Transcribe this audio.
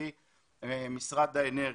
שזה משרד האנרגיה.